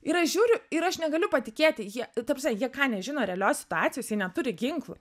ir aš žiūriu ir aš negaliu patikėti jie ta prasme jie nežino realios situacijos jie neturi ginklų